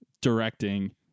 directing